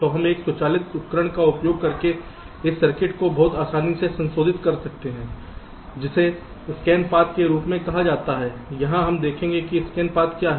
तो हम एक स्वचालित उपकरण का उपयोग करके इस सर्किट को बहुत आसानी से संशोधित कर सकते हैं जिसे स्कैन पथ के रूप में कहा जाता है यह हम देखेंगे कि स्कैन पथ क्या है